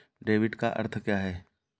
Debit का अर्थ क्या है?